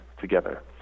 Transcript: together